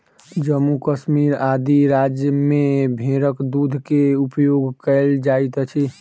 जम्मू कश्मीर आदि राज्य में भेड़क दूध के उपयोग कयल जाइत अछि